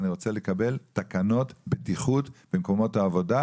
ואני רוצה לקבל תקנות בטיחות במקומות העבודה,